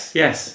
yes